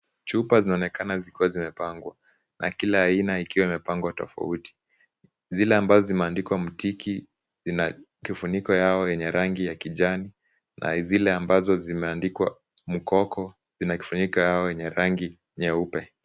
Chupa zinaonekana zikiwa zimepangwa na kila aina ikiwa imepangwa tofauti . Zile ambazo zimeandikwa Mtiki zina kifuniko chao chenye rangi ya kijani na zile ambazo zimeandikwa Mkoko zina kifuniko chao chenye rangi nyeupe.